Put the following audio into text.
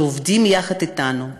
שעובדים יחד אתנו,